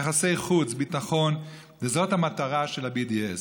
יחסי חוץ, ביטחון, זאת המטרה של ה-BDS.